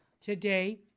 today